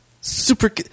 Super